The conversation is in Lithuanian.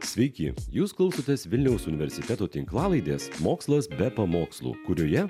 sveiki jūs klausotės vilniaus universiteto tinklalaidės mokslas be pamokslų kurioje